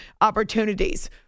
opportunities